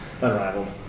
Unrivaled